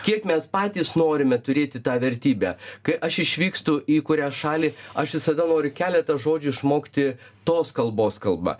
kiek mes patys norime turėti tą vertybę kai aš išvykstu į kurią šalį aš visada noriu keletą žodžių išmokti tos kalbos kalba